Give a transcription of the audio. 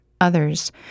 others